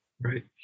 Right